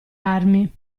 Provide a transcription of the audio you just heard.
armi